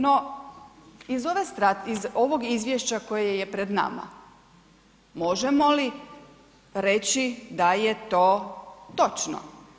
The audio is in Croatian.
No, iz ovog Izvješća koje je pred nama možemo li reći da je to točno?